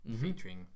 featuring